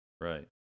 Right